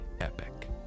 epic